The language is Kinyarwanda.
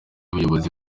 ubuyobozi